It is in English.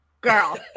girl